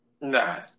Nah